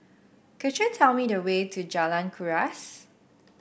could you tell me the way to Jalan Kuras